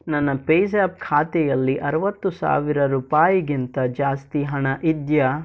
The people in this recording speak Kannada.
ನನ್ನ ಪೇಜ್ಯಾಪ್ ಖಾತೆಯಲ್ಲಿ ಅರುವತ್ತು ಸಾವಿರ ರೂಪಾಯಿಗಿಂತ ಜಾಸ್ತಿ ಹಣ ಇದೆಯಾ